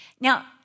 Now